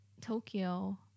Tokyo